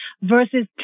versus